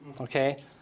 okay